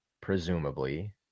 presumably